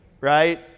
right